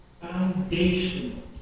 foundational